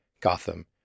Gotham